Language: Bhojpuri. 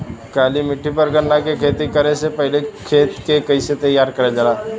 काली मिट्टी पर गन्ना के खेती करे से पहले खेत के कइसे तैयार करल जाला?